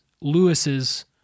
Lewis's